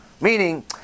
Meaning